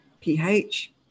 pH